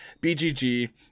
BGG